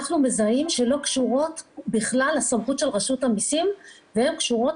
אנחנו מזהים שלא קשורות בכלל לסמכות של רשות המסים וקשורות